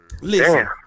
Listen